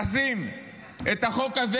נשים את החוק הזה,